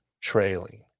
trailing